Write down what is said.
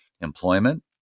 employment